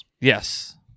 Yes